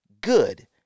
Good